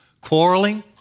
Quarreling